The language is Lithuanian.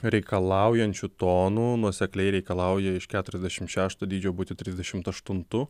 reikalaujančiu tonu nuosekliai reikalauja iš keturiasdešim šešto dydžio būti trisdešimt aštuntu